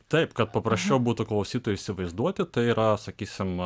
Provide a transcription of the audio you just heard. taip kad paprasčiau būtų klausytojui įsivaizduoti tai yra sakysim